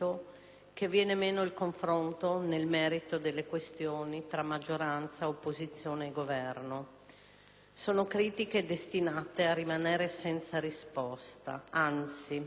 che viene meno il confronto nel merito delle questioni tra maggioranza, opposizione e Governo. Sono critiche destinate a rimanere senza risposta; anzi